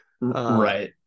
right